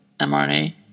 mRNA